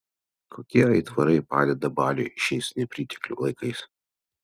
kokie aitvarai padeda baliui šiais nepriteklių laikais